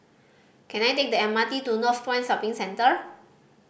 can I take the M R T to Northpoint Shopping Center